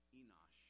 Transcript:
Enoch